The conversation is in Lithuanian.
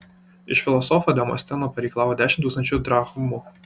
iš filosofo demosteno pareikalavo dešimt tūkstančių drachmų